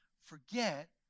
forget